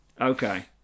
Okay